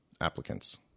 applicants